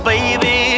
Baby